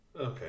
okay